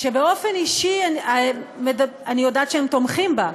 שבאופן אישי אני יודעת שהם תומכים בה.